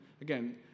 Again